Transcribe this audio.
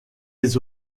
les